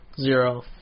Zero